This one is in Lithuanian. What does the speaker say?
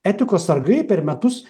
etikos sargai per metus